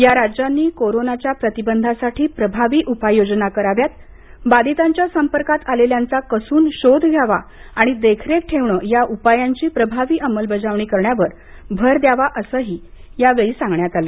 या राज्यांनी कोरोनाच्या प्रतिबंधासाठी प्रभावी उपययोजना कराव्यात बाधितांच्या संपर्कात आलेल्यांचा कसून शोध घ्यावा आणि देखरेख ठेवणे या उपायांची प्रभावी अंमलबजावणी करण्यावर भर द्यावा असंही यावेळी सांगण्यात आलं